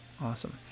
awesome